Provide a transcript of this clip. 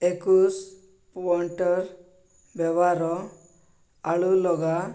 ଏକକୁଶ pointer ବ୍ୟବହାର ଆଳୁ ଲଗା